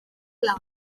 clar